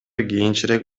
кийинчерээк